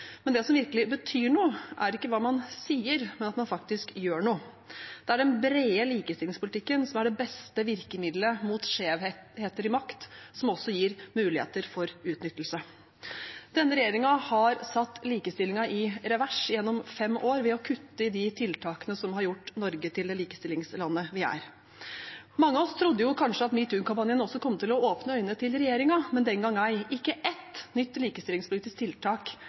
Men det som virkelig betyr noe, er ikke hva man sier, men at man faktisk gjør noe. Det er den brede likestillingspolitikken som er det beste virkemidlet mot skjevheter i makt, som også gir muligheter for utnyttelse. Denne regjeringen har satt likestillingen i revers gjennom fem år ved å kutte i de tiltakene som har gjort Norge til det likestillingslandet vi er. Mange av oss trodde kanskje at metoo-kampanjen også kom til å åpne øynene til regjeringen, men den gang ei – ikke ett nytt likestillingspolitisk tiltak